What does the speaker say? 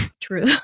True